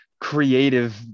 creative